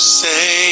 say